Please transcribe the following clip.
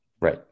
Right